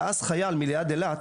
ואז חייל ליד איילת,